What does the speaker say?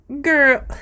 Girl